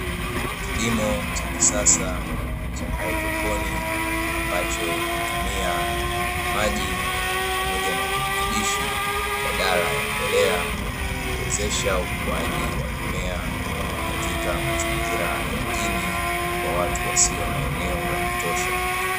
Kilimo cha kisasa cha hydroponi ambacho hutumia maji pamoja na virutubishi badala ya mbolea kuwezesha ukuaji wa mimea katika mazingira ya mjini kwa watu wasio na eneo la kutosha.